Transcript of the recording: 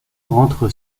rentre